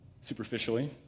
superficially